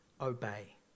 obey